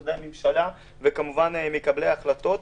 משרדי הממשלה וכמובן מקבלי ההחלטות,